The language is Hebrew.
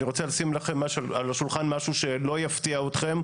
אני רוצה לשים לכם על השולחן משהו שלא יפתיע אתכם,